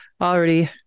already